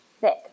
thick